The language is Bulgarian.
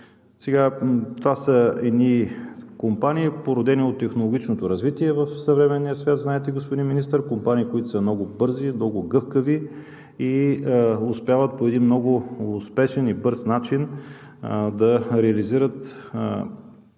компании. Компаниите, породени от технологичното развитие в съвременния свят, знаете, господин Министър – компании, които са много бързи, много гъвкави и успяват по един много успешен и бърз начин да реализират